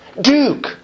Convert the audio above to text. Duke